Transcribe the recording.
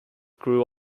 grew